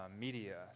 media